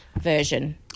version